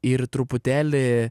ir truputėlį